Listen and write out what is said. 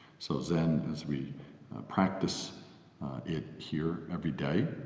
so then as we practice it here every day,